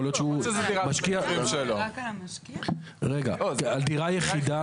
יכול להיות שהוא משקיע --- יכול להיות שזו דירה --- רגע.